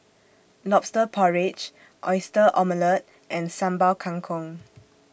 Lobster Porridge Oyster Omelette and Sambal Kangkong